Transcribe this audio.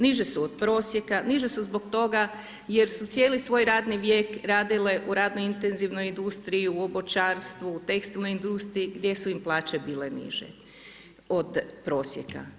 Niže su od prosjeka, niže su zbog toga jer su cijeli svoj radni vijek radile u radno intenzivnoj industriji u obućarstvu, tekstilnoj industriji, gdje su im plaće bile niže od prosjeka.